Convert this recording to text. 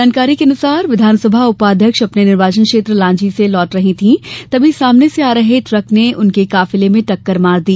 जानकारी के मुताबिक विधानसभा उपाध्यक्ष अपने निर्वाचन क्षेत्र लांजी से वापस लौट रही थीं तभी सामने से आ रहे ट्रक ने उनके काफिले में टक्कर मार दी